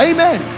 Amen